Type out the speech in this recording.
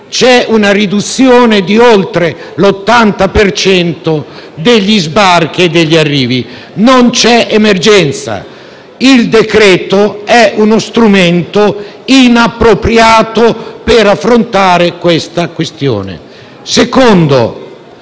c'è una riduzione di oltre l'80 per cento degli sbarchi e degli arrivi. Non c'è emergenza e il decreto-legge è uno strumento inappropriato per affrontare la questione. In secondo